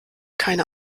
keine